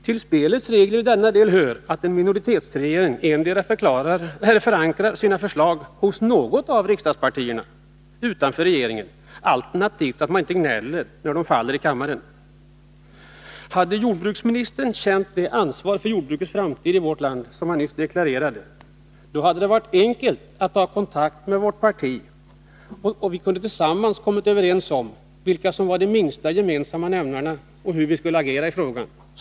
Till spelets regler hör att en minoritetsregering antingen förankrar sina förslag hos något av riksdagspartierna utanför regeringen eller att man inte gnäller när de faller i kammaren. Hade jordbruksministern känt det ansvar för jordbrukets framtid i vårt land som han nyss deklarerade, hade det varit enkelt att ta kontakt med vårt parti. Vi hade då tillsammans kunnat komma överens om vad som var den minsta gemensamma nämnaren och hur vi skulle agera i frågan.